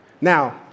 Now